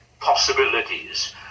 possibilities